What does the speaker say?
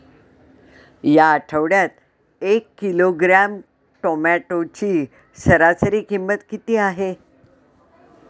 या आठवड्यात एक किलोग्रॅम टोमॅटोची सरासरी किंमत किती आहे?